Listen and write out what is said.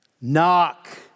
Knock